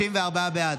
34 בעד,